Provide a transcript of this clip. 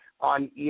on